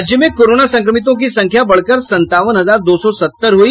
राज्य में कोरोना संक्रमितों की संख्या बढ़कर संतावन हजार दो सौ सत्तर हुई